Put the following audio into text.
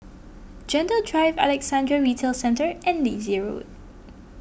Gentle Drive Alexandra Retail Centre and Daisy Road